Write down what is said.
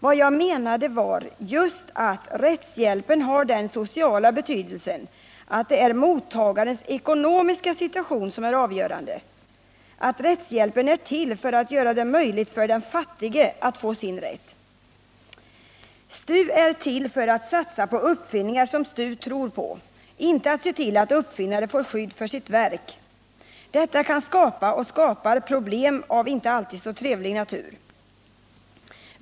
Vad jag menade var just att rättshjälpen har den sociala betydelsen, att det är mottagarens ekonomiska situation som är avgörande; att rättshjälpen är till för att göra det möjligt för den fattige att få sin rätt. STU är till för att satsa på uppfinningar som STU tror på, inte för att se till att uppfinnare får skydd för sitt verk. Detta kan skapa, och skapar, problem av inte alltid så trevlig natur.